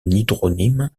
hydronyme